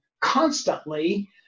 constantly